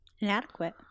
Inadequate